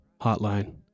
hotline